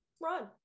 run